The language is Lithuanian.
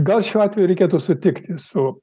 gal šiuo atveju reikėtų sutikti su